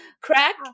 Crack